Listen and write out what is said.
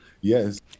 yes